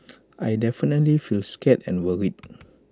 I definitely feel scared and worried